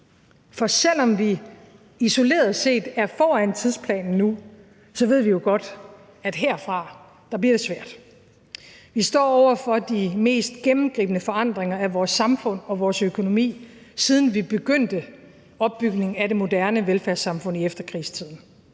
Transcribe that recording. For selv om vi isoleret set er foran tidsplanen nu, ved vi jo godt, at herfra bliver det svært. Vi står over for de mest gennemgribende forandringer af vores samfund og vores økonomi, siden vi begyndte opbygningen af det moderne velfærdssamfund i efterkrigstiden.